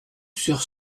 sur